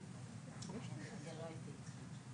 מחוסנים,